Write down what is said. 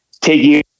taking